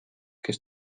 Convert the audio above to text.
kes